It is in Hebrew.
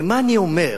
ומה אני אומר?